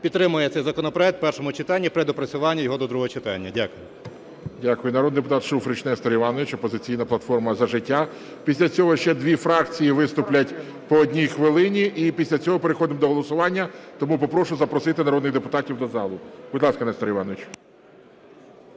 підтримує цей законопроект в першому читанні при доопрацюванні його до другого читання. Дякую. ГОЛОВУЮЧИЙ. Дякую. Народний депутат Шуфрич Нестор Іванович, "Опозиційна платформа - За життя". Після цього ще дві фракції виступлять по одній хвилині, і після цього переходимо до голосування, тому попрошу запросити народних депутатів до залу. Будь ласка, Нестор Іванович.